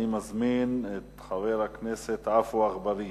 אני מזמין את חבר הכנסת עפו אגבאריה.